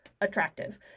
attractive